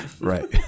Right